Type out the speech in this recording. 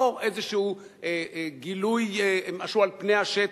לא איזה גילוי שהוא על פני השטח,